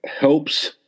helps